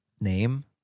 Name